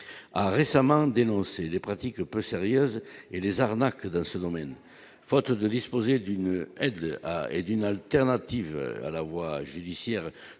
a récemment dénoncé des pratiques peu sérieuse et les arnaques dans ce domaine, faute de disposer d'une aide à et d'une alternative à la voie judiciaire